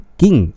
king